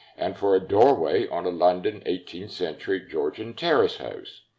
and for a doorway on a london eighteenth century georgian terrace house.